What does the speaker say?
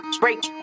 break